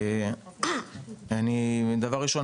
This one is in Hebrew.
דבר ראשון,